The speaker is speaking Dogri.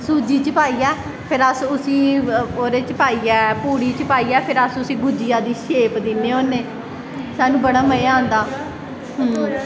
सूजी च पाइयै फिर अस उसी ओह्दे च पाइयै पूड़ियें च पाइयै फिर अस उसी भुज्जिया दी शेप दिन्ने होन्ने स्हानू बड़ा मज़ा आंदा हां